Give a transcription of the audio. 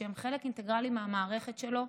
שהם חלק אינטגרלי מהמערכת שלו,